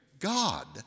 God